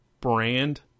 brand